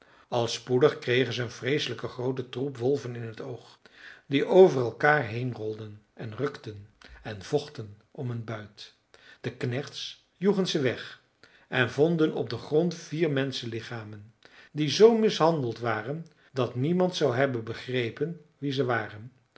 al spoedig kregen ze een vreeselijk grooten troep wolven in t oog die over elkaar heen rolden en rukten en vochten om een buit de knechts joegen ze weg en vonden op den grond vier menschenlichamen die zoo mishandeld waren dat niemand zou hebben begrepen wie ze waren